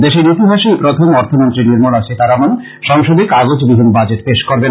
দেশের ইতিহাসে এই প্রথম অর্থমন্ত্রী নির্মলা সীতারমন সংসদে কাগজ বিহীন বাজেট পেশ করবেন